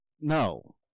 No